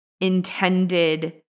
intended